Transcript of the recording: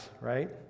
Right